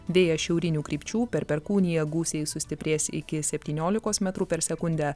vėjas šiaurinių krypčių per perkūniją gūsiai sustiprės iki septyniolikos metrų per sekundę